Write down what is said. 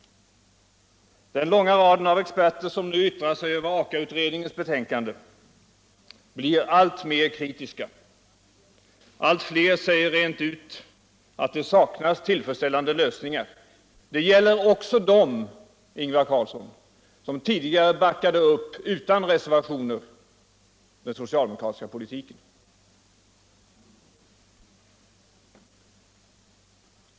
Den långa raden av experter som nu yttrar sig över Aka-utredningens betänkande blir alltmer kritisk. Allt fler säger rent ut att det saknas tillfredsställande lösningar. Det gäller också dem, Ingvar Carlsson, som tidigare utan reservationer backade upp den socialdemokratiska politiken.